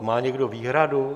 Má někdo výhradu?